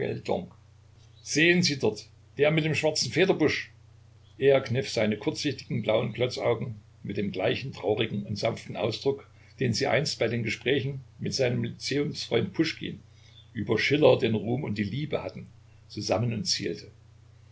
sehen sie dort der mit dem schwarzen federbusch er kniff seine kurzsichtigen blauen glotzaugen mit dem gleichen traurigen und sanften ausdruck den sie einst bei den gesprächen mit seinem lyzeumsfreund puschkin über schiller den ruhm und die liebe hatten zusammen und zielte